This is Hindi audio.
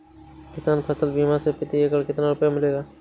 किसान फसल बीमा से प्रति एकड़ कितना रुपया मिलेगा?